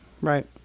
Right